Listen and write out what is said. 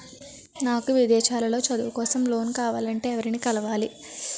నాకు విదేశాలలో చదువు కోసం లోన్ కావాలంటే ఎవరిని కలవాలి?